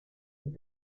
und